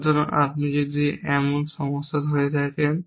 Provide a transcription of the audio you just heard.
সুতরাং আপনি যদি এমন সমস্যা হয়ে থাকেন